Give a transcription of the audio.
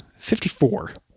54